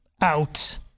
out